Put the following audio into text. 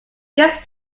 gets